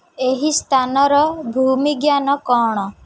ଏହି ସ୍ଥାନର ଭୂମି ବିଜ୍ଞାନ କ'ଣ